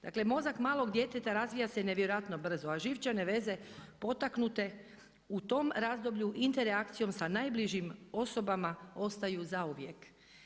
Dakle, mozak malog djeteta razvija se nevjerojatno brzo, a živčane veze potaknute u tom razdoblju interakcijom sa najbližim osobama ostaju zauvijek.